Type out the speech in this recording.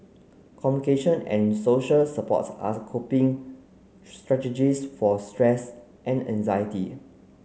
communication and social support are coping strategies for stress and anxiety